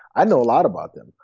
i know a lot about them.